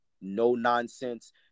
no-nonsense